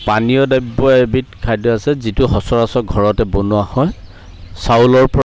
পানীয় দ্ৰব্য এবিধ খাদ্য আছে যিটো সচৰাচৰ ঘৰতে বনোৱা হয় চাউলৰ পৰা